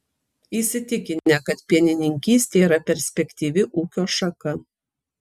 įsitikinę kad pienininkystė yra perspektyvi ūkio šaka